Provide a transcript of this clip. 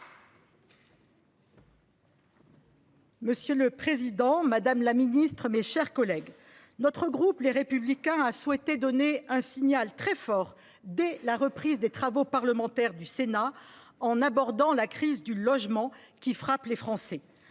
Monsieur le président, madame la ministre, mes chers collègues, notre groupe Les Républicains a souhaité donner un signal fort dès la reprise des travaux du Sénat, en abordant la crise du logement qui frappe les Français.